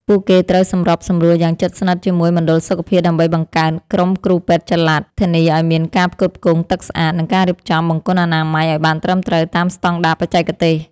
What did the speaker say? ពួកគេត្រូវសម្របសម្រួលយ៉ាងជិតស្និទ្ធជាមួយមណ្ឌលសុខភាពដើម្បីបង្កើតក្រុមគ្រូពេទ្យចល័ត ធានាឱ្យមានការផ្គត់ផ្គង់ទឹកស្អាត និងការរៀបចំបង្គន់អនាម័យឱ្យបានត្រឹមត្រូវតាមស្តង់ដារបច្ចេកទេស។